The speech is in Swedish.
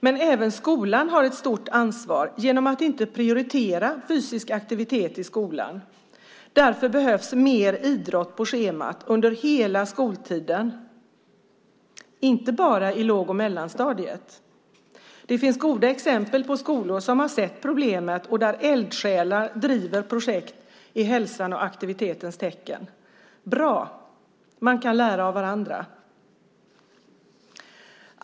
Men även skolan har ett stort ansvar genom att den inte prioriterar fysisk aktivitet. Därför behövs mer idrott på schemat under hela skoltiden, inte bara i låg och mellanstadiet. Det finns goda exempel på skolor som har sett problemet och där eldsjälar driver projekt i hälsans och aktivitetens tecken. Det är bra. Man kan lära av varandra.